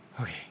Okay